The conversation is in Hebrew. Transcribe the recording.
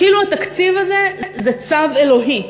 כאילו התקציב זה צו אלוהי.